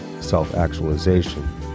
self-actualization